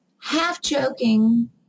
half-joking